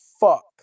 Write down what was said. fuck